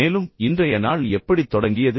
மேலும் இன்றைய நாள் எப்படி தொடங்கியது